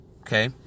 Okay